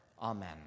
Amen